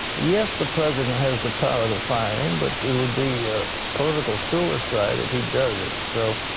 yes, the president has the power to fire him, but it would be political suicide if he does it. so